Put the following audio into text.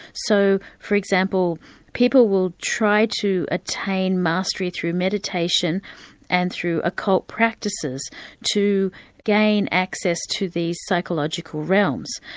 so for example people will try to attain mastery through meditation and through occult practices to gain access to these psychological realms.